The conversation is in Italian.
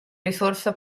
risorsa